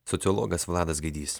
sociologas vladas gaidys